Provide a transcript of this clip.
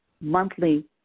monthly